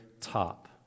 top